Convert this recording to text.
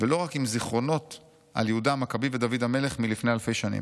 ולא רק עם זיכרונות על יהודה המכבי ודוד המלך מלפני אלפי שנים.